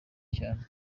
cyane